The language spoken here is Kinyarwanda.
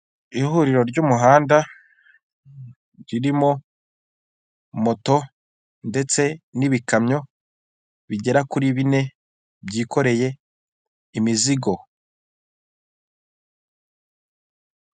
Ihuriro ry'umuhanda ririmo moto ndetse n'ibikamyo bigera kuri bine byikoreye imizigo.